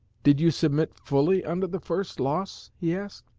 did you submit fully under the first loss he asked.